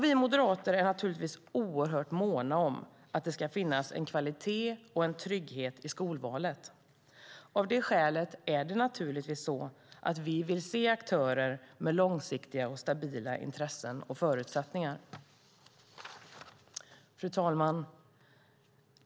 Vi moderater är naturligtvis oerhört måna om att det ska finnas en kvalitet och en trygghet i skolvalet. Av det skälet är det naturligtvis så att vi vill se aktörer med långsiktiga och stabila intressen och förutsättningar. Fru talman!